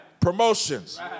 Promotions